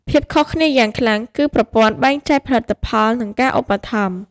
ភាពខុសគ្នាយ៉ាងខ្លាំងគឺប្រព័ន្ធបែងចែកផលិតផល និងការឧបត្ថម្ភ។